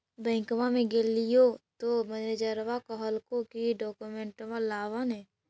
बैंकवा मे गेलिओ तौ मैनेजरवा कहलको कि डोकमेनटवा लाव ने?